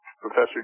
Professor